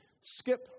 Skip